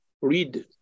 read